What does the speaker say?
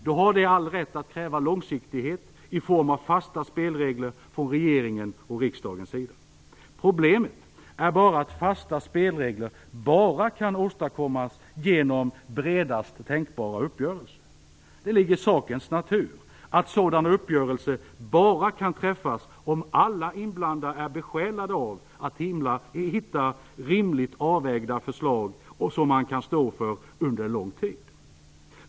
Då har de all rätt att i sin tur kräva långsiktighet i form av fasta spelregler från regeringens och riksdagens sida. Problemet är bara att fasta spelregler bara kan åstadkommas genom bredast tänkbara uppgörelser. Det ligger i sakens natur att sådana uppgörelser bara kan träffas om alla inblandade är besjälade av att hitta rimligt avvägda förslag som man kan stå för under en lång tid.